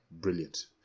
brilliant